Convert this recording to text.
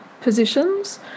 positions